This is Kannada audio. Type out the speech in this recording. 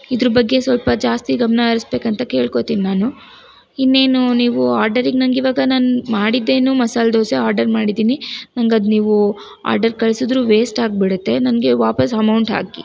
ಇದ್ರ ಬಗ್ಗೆ ಸ್ವಲ್ಪ ಜಾಸ್ತಿ ಗಮನ ಹರಿಸ್ಬೇಕಂತ ಕೇಳ್ಕೋತೀನಿ ನಾನು ಇನ್ನೇನು ನೀವು ಆರ್ಡರಿಗೆ ನಂಗೆ ಇವಾಗ ನಾನು ಮಾಡಿದ್ದೇನು ಮಸಾಲೆ ದೋಸೆ ಆರ್ಡರ್ ಮಾಡಿದ್ದೀನಿ ನಂಗೆ ಅದು ನೀವು ಆರ್ಡರ್ ಕಳ್ಸಿದ್ರೂ ವೇಸ್ಟ್ ಆಗಿಬಿಡುತ್ತೆ ನನಗೆ ವಾಪಸ್ಸು ಅಮೌಂಟ್ ಹಾಕಿ